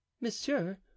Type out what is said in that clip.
monsieur